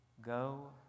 Go